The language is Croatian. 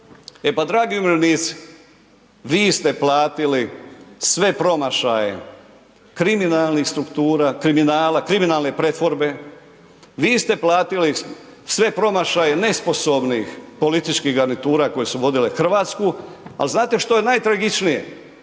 E pa dragi umirovljenici vi ste platili sve promašaje kriminalnih struktura, kriminala, kriminalne pretvorbe, vi ste platili sve promašaje nesposobnih političkih garnitura koje su vodile Hrvatsku. Ali znate što je najtragičnije?